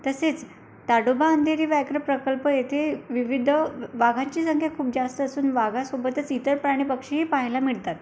तसेच ताडोबा अंधारी व्याघ्र प्रकल्प येथे विविध व वाघांची संख्या खूप जास्त असून वाघासोबतच इतर प्राणी पक्षीही पाहायला मिळतात